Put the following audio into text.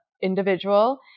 individual